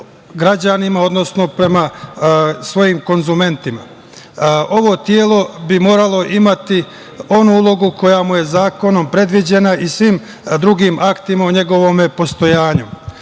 građanima, odnosno prema svojim konzumentima. Ovo telo bi moralo imati onu ulogu koja mu je zakonom predviđena i svim drugim aktima u njegovom postojanju.